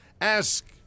Ask